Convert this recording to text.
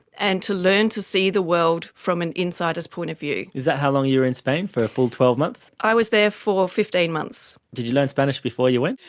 and to learn to see the world from an insider's point of view. is that how long you were in spain, for a full twelve months? i was there for fifteen months. did you learn spanish before you went?